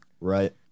Right